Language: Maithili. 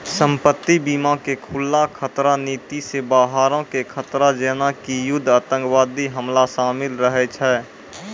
संपत्ति बीमा के खुल्ला खतरा नीति मे बाहरो के खतरा जेना कि युद्ध आतंकबादी हमला शामिल रहै छै